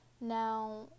Now